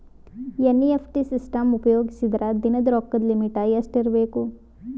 NEFT system ಉಪಯೋಗಿಸಿದರ ದಿನದ ರೊಕ್ಕದ ಲಿಮಿಟ್ ಎಷ್ಟ ಇರಬೇಕು?